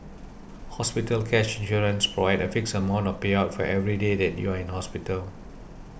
hospital cash insurance provides a fixed amount of payout for every day that you are in hospital